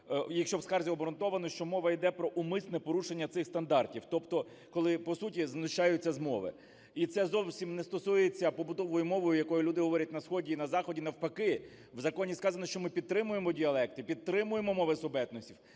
якщо в скарзі обґрунтовано, що мова йде про умисне порушення цих стандартів, тобто коли по суті знущаються з мови. І це зовсім не стосується побутової мови, якою люди говорять на сході і на заході, навпаки, в законі сказано, що ми підтримуємо діалекти, підтримуємо мови субетносів,